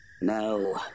No